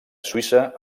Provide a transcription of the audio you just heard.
suïssa